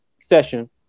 session